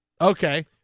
Okay